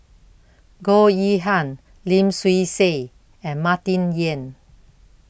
Goh Yihan Lim Swee Say and Martin Yan